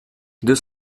deux